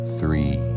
three